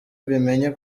mbimenye